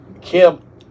Kim